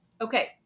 okay